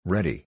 Ready